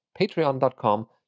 patreon.com